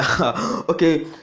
Okay